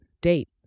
date